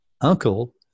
uncle